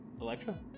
Electra